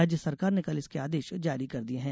राज्य सरकार ने कल इसके आदेश जारी कर दिये है